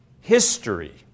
history